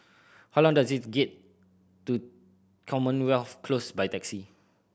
how long does it get to Commonwealth Close by taxi